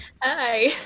Hi